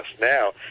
now